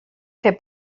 fer